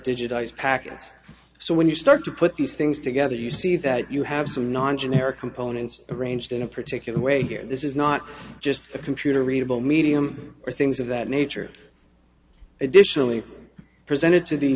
digitize packets so when you start to put these things together you see that you have some non generic components arranged in a particular way here this is not just a computer readable medium or things of that nature additionally presented to the